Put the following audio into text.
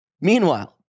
Meanwhile